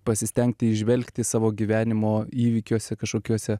pasistengti įžvelgti savo gyvenimo įvykiuose kažkokiuose